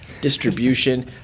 distribution